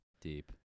Deep